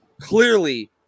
clearly